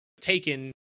taken